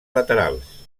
laterals